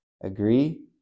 Agree